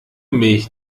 milch